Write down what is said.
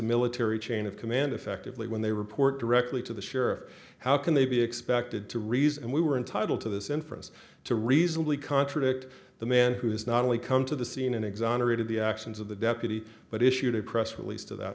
military chain of command effectively when they report directly to the sheriff how can they be expected to reason and we were entitle to this inference to reasonably contradict the man who is not only come to the scene and exonerated the actions of the deputy but issued a press release to that